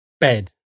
bed